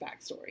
backstory